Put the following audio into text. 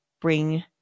bring